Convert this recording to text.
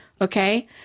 Okay